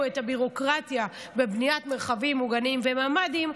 את הביורוקרטיה בבניית מרחבים מוגנים וממ"דים,